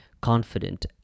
confident